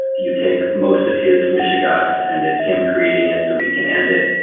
you take most of his mishegoss and it's him creating it so he can end it.